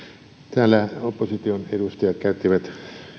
täällä opposition edustajat käyttivät